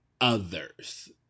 others